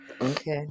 okay